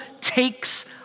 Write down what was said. takes